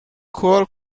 coal